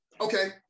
okay